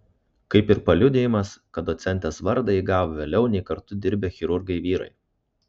kaip ir paliudijimas kad docentės vardą ji gavo vėliau nei kartu dirbę chirurgai vyrai